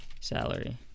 salary